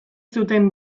zuten